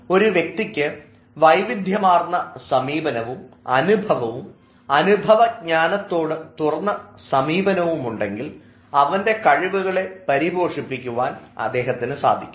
ഒരു വ്യക്തിക്ക് വൈവിധ്യമാർന്ന സമീപനവും അനുഭവവും അനുഭവ ജ്ഞാനത്തോട് തുറന്ന സമീപനവും ഉണ്ടെങ്കിൽ അവൻറെ കഴിവുകളെ പരിപോഷിപ്പിക്കാൻ അദ്ദേഹത്തിനു സാധിക്കും